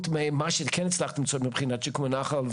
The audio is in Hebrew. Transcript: ממה שכן הצלחנו מבחינת שיקום הנחל,